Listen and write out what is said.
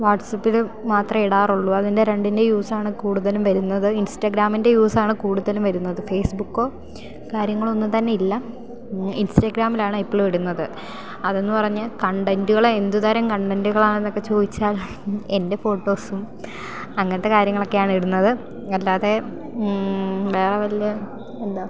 വാട്സപ്പിലും മാത്രമേ ഇടാറുള്ളൂ അതിൻ്റെ രണ്ടിൻ്റെ യൂസാണ് കൂടുതലും വരുന്നത് ഇൻസ്റ്റഗ്രാമിൻ്റെ യൂസാണ് കൂടുതലും വരുന്നത് ഫേസ്ബുക്കോ കാര്യങ്ങളൊന്നും തന്നെ ഇല്ല ഇൻസ്റ്റഗ്രാമിലാണ് ഇപ്പോഴും ഇടുന്നത് അതെന്നു പറഞ്ഞ് കണ്ടൻ്റുകൾ എന്തു തരം കണ്ടൻ്റുകളാണെന്നൊക്കെ ചോദിച്ചാൽ എൻ്റെ ഫോട്ടോസും അങ്ങനത്തെ കാര്യങ്ങളൊക്കെയാണിടുന്നത് അല്ലാതെ വേറെ വല്ല എന്താ